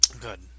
Good